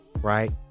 Right